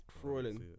Crawling